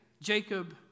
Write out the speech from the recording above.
Jacob